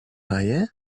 haie